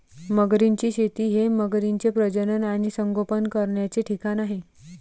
मगरींची शेती हे मगरींचे प्रजनन आणि संगोपन करण्याचे ठिकाण आहे